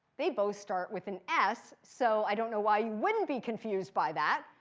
they both start with an s. so i don't know why you wouldn't be confused by that.